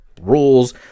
rules